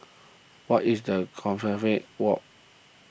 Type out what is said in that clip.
what is the Compassvale Walk